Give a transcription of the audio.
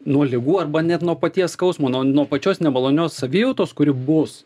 nuo ligų arba net nuo paties skausmo nuo nuo pačios nemalonios savijautos kuri bus